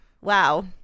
wow